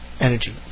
energy